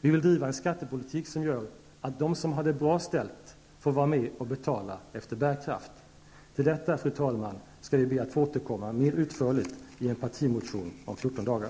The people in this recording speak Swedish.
Vi vill driva en skattepolitik som gör att de som har det bra ställt får vara med och betala efter bärkraft. Till detta, fru talman, skall vi återkomma mera utförligt i en partimotion om 14 dagar.